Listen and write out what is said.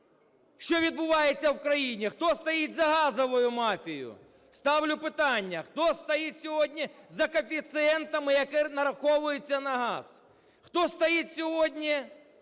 Що відбувається в країні? Хто стоїть за газовою мафією? Ставлю питання: хто стоїть сьогодні за коефіцієнтами, які нараховуються на газ? Хто стоїть сьогодні